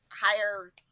Higher